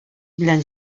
белән